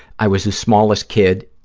i was the smallest kid,